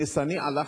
דסני עלך,